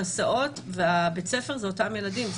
ההסעות ובית הספר זה אותם ילדים,